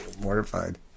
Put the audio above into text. mortified